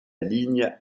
ligne